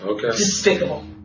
despicable